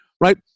right